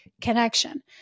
connection